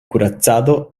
kuracado